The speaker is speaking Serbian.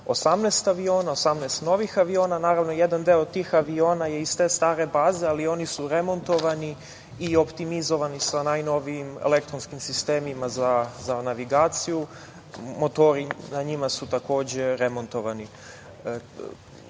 18 aviona, 18 novih aviona. Naravno, jedan deo tih aviona je iz te stare baze, ali oni su remontovani i optimizovani sa najnovijim elektronskim sistemima za navigaciju. Motori na njima su, takođe, remontovani. Što